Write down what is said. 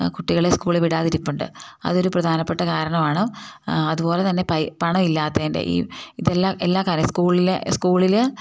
കുട്ടികളെ സ്കൂളിൽ വിടാതിരിപ്പുണ്ട് അതൊരു പ്രധാനപ്പെട്ട കാരണമാണ് അതുപോലെ തന്നെ പണം ഇല്ലാത്തതിൻ്റെ ഈ ഇതെല്ലാം എല്ലാ കാര്യം സ്കൂളിലെ സ്കൂളിൽ